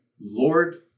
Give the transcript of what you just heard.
Lord